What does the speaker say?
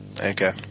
Okay